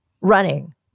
running